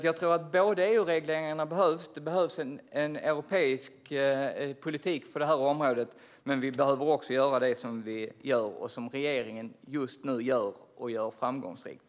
Jag tror att det behövs EU-regleringar och en europeisk politik på detta område, men vi behöver också göra det som vi och regeringen just nu gör, och gör framgångsrikt.